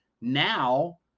now